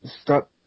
stuck